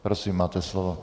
Prosím, máte slovo.